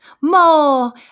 More